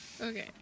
Okay